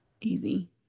Easy